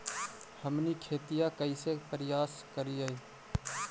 हमनी खेतीया कइसे परियास करियय?